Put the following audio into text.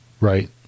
right